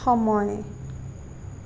সময়